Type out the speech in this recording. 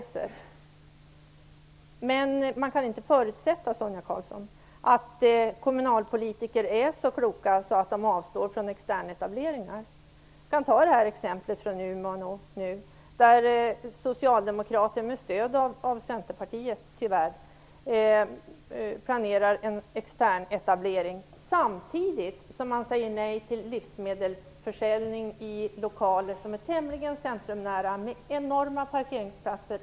Men, Sonia Karlsson, man kan inte förutsätta att kommunalpolitiker är så kloka att de avstår från externetableringar. Jag kan ta ett exempel Umeå, där Socialdemokraterna med stöd av Centerpartiet, tyvärr, planerar en externetablering samtidigt som de säger nej till livsmedelsförsäljning i lokaler som ligger tämligen nära centrum och med enorma parkeringsplatser.